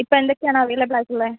ഇപ്പം എന്തൊക്കെയാണ് അവൈലബിൾ ആയിട്ടുള്ളത്